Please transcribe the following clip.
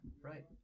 right